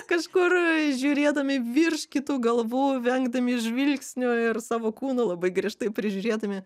kažkur žiūrėdami virš kitų galvų vengdami žvilgsnio ir savo kūno labai griežtai prižiūrėdami